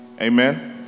Amen